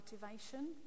motivation